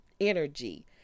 energy